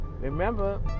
Remember